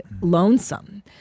lonesome